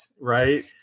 right